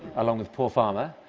along with paul farmer.